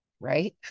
right